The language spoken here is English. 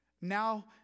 Now